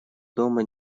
дома